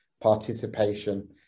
participation